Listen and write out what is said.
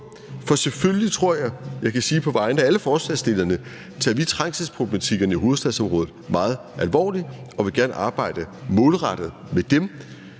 kan sige på vegne af alle forslagsstillerne – tager vi trængselsproblematikkerne i hovedstadsområdet meget alvorligt, og vi vil gerne arbejde målrettet med dem.